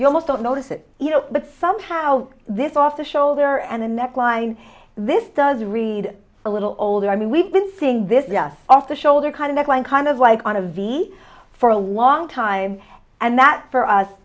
you almost don't notice it you know but somehow this off the shoulder and a neckline this does read a little older i mean we've been seeing this just off the shoulder kind of neckline kind of like on a v c for a long time and that for us